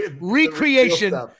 recreation